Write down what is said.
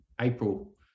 April